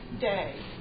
day